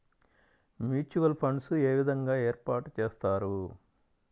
Mutual funds ఏ విధంగా ఏర్పాటు చేస్తారు?